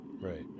Right